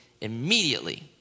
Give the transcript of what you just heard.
immediately